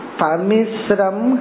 pamisram